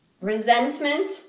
resentment